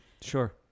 Sure